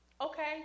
Okay